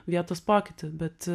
vietos pokytį bet